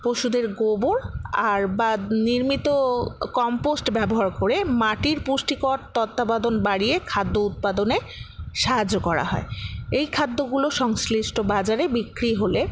পশুদের গোবর আর বা নির্মিত কম্পোস্ট ব্যবহার করে মাটির পুষ্টিকর বাড়িয়ে খাদ্য উৎপাদনে সাহায্য করা হয় এই খাদ্যগুলো সংশ্লিষ্ট বাজারে বিক্রি হলে